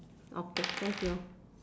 okay thank you